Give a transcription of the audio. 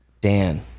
Dan